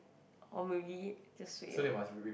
or maybe just suay lor